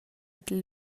dil